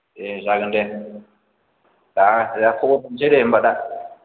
दे जागोन दे दा दा खबर हरनोसै दे होम्बा दा